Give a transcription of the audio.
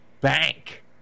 bank